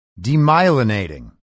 Demyelinating